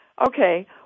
Okay